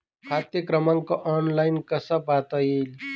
खाते क्रमांक ऑनलाइन कसा पाहता येईल?